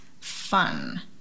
fun